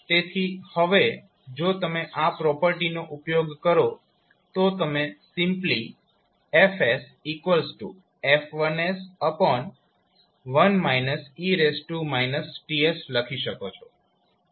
તેથી હવે જો તમે આ પ્રોપર્ટીનો ઉપયોગ કરો તો તમે સિમ્પ્લી FF11 e Ts લખી શકો છો